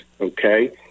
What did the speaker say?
okay